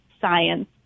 science